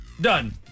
Done